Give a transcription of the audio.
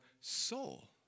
soul